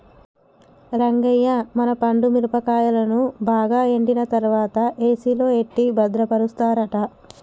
రంగయ్య మన పండు మిరపకాయలను బాగా ఎండిన తర్వాత ఏసిలో ఎట్టి భద్రపరుస్తారట